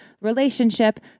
relationship